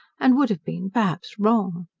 and would have been, perhaps, wrong.